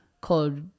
called